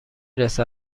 رسد